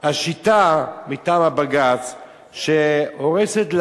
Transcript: השיטה מטעם הבג"ץ שהורסת,